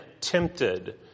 tempted